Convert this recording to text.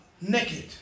naked